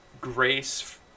grace